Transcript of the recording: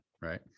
right